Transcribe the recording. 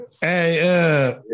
Hey